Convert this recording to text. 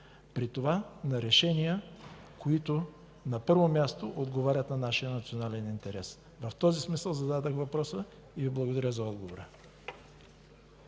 при това на решения, които, на първо място, отговарят на нашия национален интерес. В този смисъл зададох въпроса и Ви благодаря за отговора.